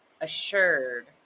assured